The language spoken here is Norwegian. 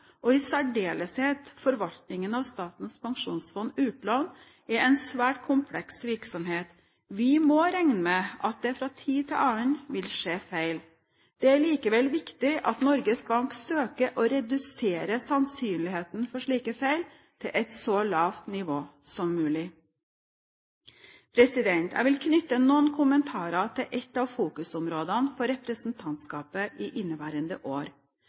og i særdeleshet forvaltningen av Statens pensjonsfond utland, er en svært kompleks virksomhet. Vi må regne med at det fra tid til annen vil skje feil. Det er likevel viktig at Norges Bank søker å redusere sannsynligheten for slike feil til et så lavt nivå som mulig. Jeg vil knytte noen kommentarer til et av fokusområdene for representantskapet i inneværende år.